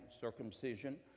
circumcision